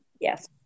Yes